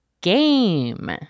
GAME